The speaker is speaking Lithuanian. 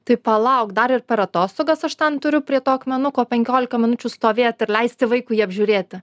tai palauk dar ir per atostogas aš ten turiu prie to akmenuko penkiolika minučių stovėt ir leisti vaikui jį apžiūrėti